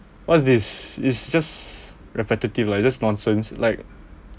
what's this is just repetitive lah it just nonsense like